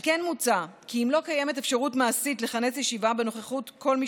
על כן מוצע כי אם לא קיימת אפשרות מעשית לכנס ישיבה בנוכחות כל מי